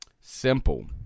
simple